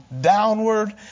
downward